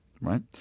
right